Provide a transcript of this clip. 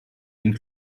den